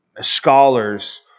scholars